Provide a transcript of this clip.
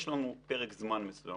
יש לנו פרק זמן מסוים,